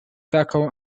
tackle